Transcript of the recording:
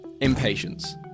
impatience